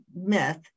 myth